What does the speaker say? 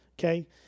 Okay